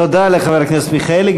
תודה לחבר הכנסת מיכאלי.